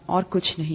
और कुछ नहीं है